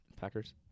Packers